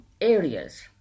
areas